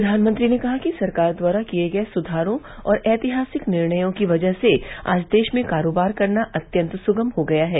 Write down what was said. प्रधानमंत्री ने कहा कि सरकार द्वारा किए गए सुधारों और ऐतिहासिक निर्णयों की वजह से आज देश में कारोबार करना अत्यंत सुगम हो गया है